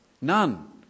none